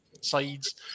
sides